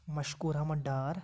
Mashkoor Ahmad Dar